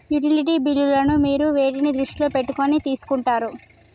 Utility బిల్లులను మీరు వేటిని దృష్టిలో పెట్టుకొని తీసుకుంటారు?